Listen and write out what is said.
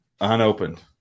unopened